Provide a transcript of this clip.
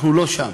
אנחנו לא שם.